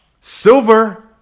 Silver